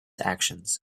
actions